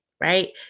right